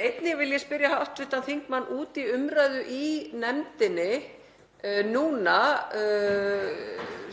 Einnig vil ég spyrja hv. þingmann út í umræðu í nefndinni í